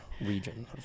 region